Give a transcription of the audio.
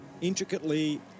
intricately